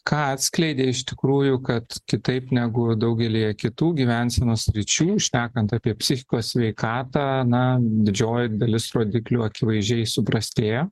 ką atskleidė iš tikrųjų kad kitaip negu daugelyje kitų gyvensenos sričių šnekant apie psichikos sveikatą na didžioji dalis rodiklių akivaizdžiai suprastėjo